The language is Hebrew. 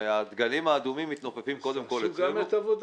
והדגלים האדומים מתנופפים קודם כול אצלנו -- תעשו את עבודתכם.